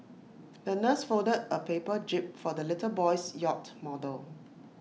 the nurse folded A paper jib for the little boy's yacht model